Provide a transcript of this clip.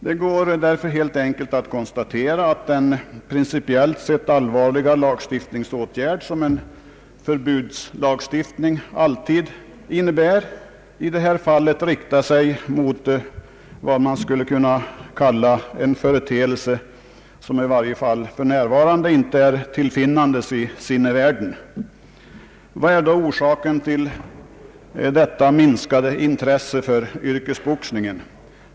Det kan därför helt enkelt konstateras att den principiellt sett allvarliga lagstiftningsåtgärd som en förbudslagstiftning alltid innebär i det här fallet riktar sig mot vad man skulle kunna kalla en företeelse som i varje fall för närvarande inte är tillfinnandes i sinnevärlden. Vad är då orsaken till detta minskade intresse för yrkesboxningen?